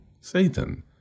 Satan